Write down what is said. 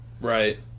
Right